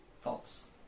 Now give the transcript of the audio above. false